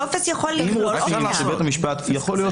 יכול להיות